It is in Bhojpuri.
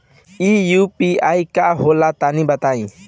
इ यू.पी.आई का होला तनि बताईं?